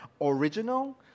original